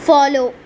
follow